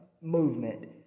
movement